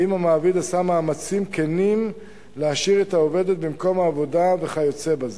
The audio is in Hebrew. האם המעביד עשה מאמצים כנים להשאיר את העובדת במקום העבודה וכיו"ב.